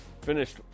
finished